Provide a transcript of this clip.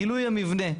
גילוי המבנה.